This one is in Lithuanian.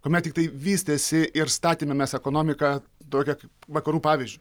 kuomet tiktai vystėsi ir statėme mes ekonomiką tokią kaip vakarų pavyzdžiu